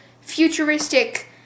futuristic